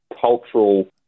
cultural